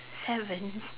haven't